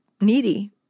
needy